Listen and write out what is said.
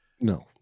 No